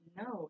no